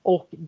Och